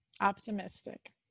Optimistic